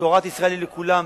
תורת ישראל היא לכולם,